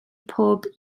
pob